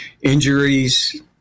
injuries